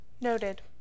noted